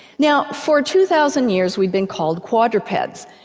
now for two thousand years we'd been called quadrupeds,